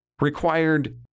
required